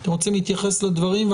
אתם רוצים להתייחס לדברים?